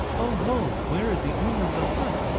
oh ho, where is the owner of the hut?